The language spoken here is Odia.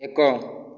ଏକ